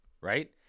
right